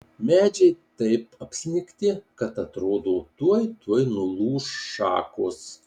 medžiai taip apsnigti kad atrodo tuoj tuoj nulūš šakos